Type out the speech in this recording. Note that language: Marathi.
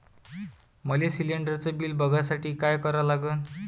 मले शिलिंडरचं बिल बघसाठी का करा लागन?